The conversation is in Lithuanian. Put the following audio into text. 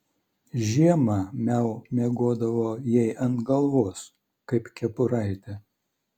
žiemą miau miegodavo jai ant galvos kaip kepuraitė